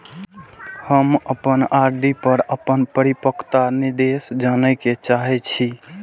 हम अपन आर.डी पर अपन परिपक्वता निर्देश जाने के चाहि छी